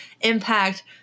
impact